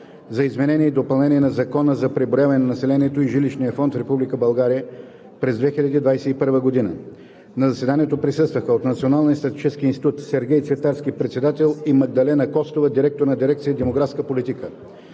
за изменение и допълнение на Закона за преброяване на населението и жилищния фонд в Република България през 2021 г. На заседанието присъстваха: от Националния статистически институт Сергей Цветарски – председател, и Магдалена Костова – директор на дирекция „Демографска политика“.